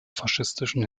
faschistischen